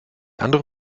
andere